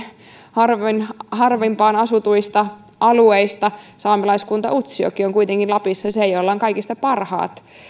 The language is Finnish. harvimmin harvimmin asutuista alueista saamelaiskunta utsjoki on kuitenkin lapissa se jolla on kaikista parhaat